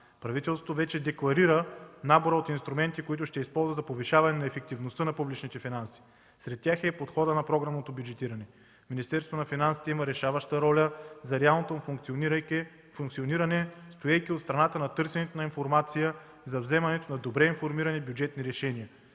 Правителството вече декларира набора от инструменти, които ще използва за повишаване на ефективността на публичните финанси. Сред тях е и подходът на програмното бюджетиране. Министерството на финансите има решаваща роля за реалното функциониране, стоейки от страната на търсенето на информация, за вземането на добре информирани бюджетни решения.